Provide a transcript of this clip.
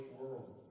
world